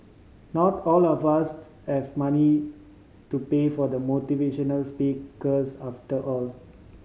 not all of us have money to pay for the motivational speakers after all